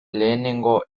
lehenengo